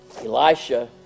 Elisha